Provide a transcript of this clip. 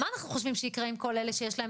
מה אנחנו חושבים שייקרה עם כל אלה שיש להם